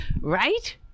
right